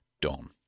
Don